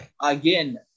again